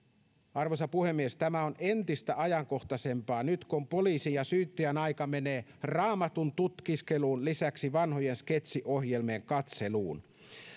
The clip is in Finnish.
arvoisa puhemies tämä on entistä ajankohtaisempaa nyt kun poliisin ja syyttäjän aika menee raamatun tutkiskelun lisäksi vanhojen sketsiohjelmien katseluun